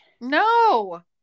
No